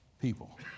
people